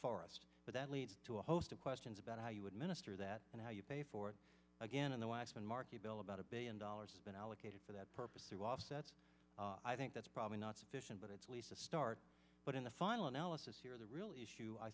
us but that leads to a host of questions about how you administer that and how you pay for it again in the us and mark a bill about a billion dollars has been allocated for that purpose of offsets i think that's probably not sufficient but it's least a start but in the final analysis here the real issue i